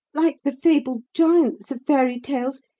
like the fabled giants of fairy tales,